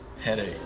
headache